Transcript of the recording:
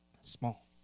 small